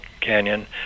Canyon